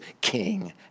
King